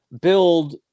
build